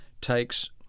takes